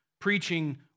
preaching